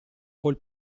col